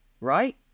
right